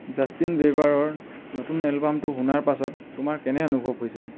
Justin বেবাৰৰ নতুন এলবামটো শুনাৰ পাছত তোমাৰ কেনে অনুভৱ হৈছে